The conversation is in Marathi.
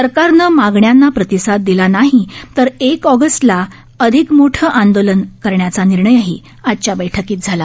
सरकारनं मागण्यांना प्रतिसाद दिला नाही तर एक ऑगस्टला अधिक मोठं आंदोलन करण्याचा निर्णयही आजच्या बैठकीत झाला